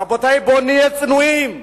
רבותי, בואו נהיה צנועים,